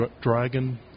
Dragon